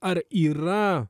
ar yra